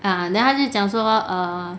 uh then 他就讲说 err